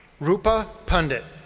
rupa pundit.